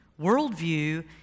Worldview